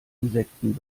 insekten